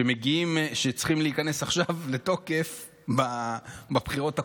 שצריכים להיכנס עכשיו לתוקף בבחירות הקרובות,